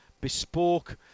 bespoke